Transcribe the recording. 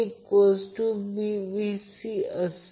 phase current IAB VabZ ∆ असल्याने